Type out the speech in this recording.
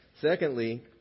Secondly